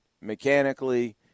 mechanically –